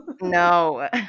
No